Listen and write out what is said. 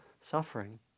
suffering